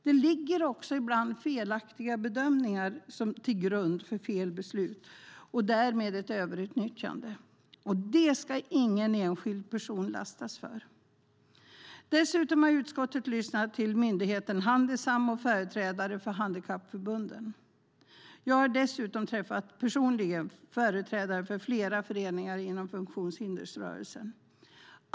Det ligger ibland också felaktiga bedömningar till grund för fel beslut och därmed ett överutnyttjande. Det ska ingen enskild person lastas för. Dessutom har utskottet lyssnat till myndigheten Handisam och företrädare för handikappförbunden. Jag har dessutom personligen träffat företrädare för flera föreningar inom funktionshindersrörelsen.